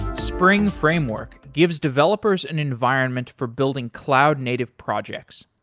spring framework gives developers an environment for building cloud native projects.